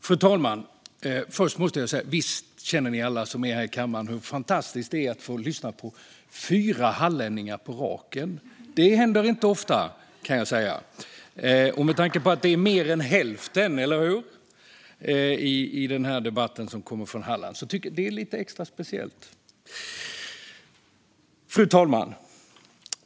Fru talman! Först måste jag få säga följande: Visst känner vi alla här i kammaren hur fantastiskt det är att få lyssna på fyra hallänningar på raken? Det händer inte ofta! Med tanke på att det är mer än hälften - eller hur? - i den här debatten som kommer från Halland blir det lite extra speciellt. Fru talman!